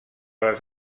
les